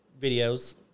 videos